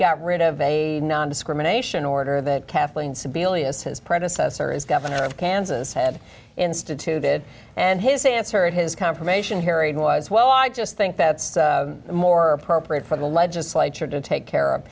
got rid of a nondiscrimination order that kathleen sebelius his predecessor as governor of kansas had instituted and his answer at his confirmation hearing was well i just think that's more appropriate for the legislature to take care of